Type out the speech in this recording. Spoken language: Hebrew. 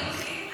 אנחנו יהודים.